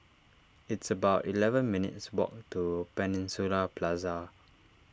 it's about eleven minutes' walk to Peninsula Plaza